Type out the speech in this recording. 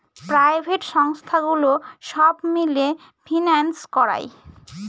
private সংস্থাগুলো সব মিলে ফিন্যান্স করায়